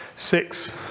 Six